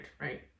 right